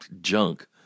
junk